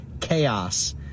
chaos